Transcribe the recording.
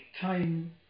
time